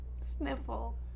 Sniffle